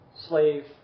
slave